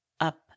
up